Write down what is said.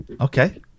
Okay